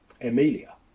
Emilia